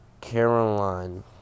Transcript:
Caroline